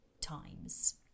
times